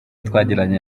twagiranye